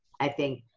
i think,